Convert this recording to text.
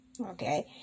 Okay